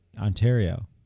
Ontario